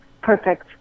perfect